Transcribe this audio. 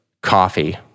coffee